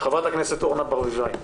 חברת הכנסת אורנה ברביבאי,